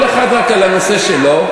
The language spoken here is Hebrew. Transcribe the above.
כל אחד רק על הנושא שלו.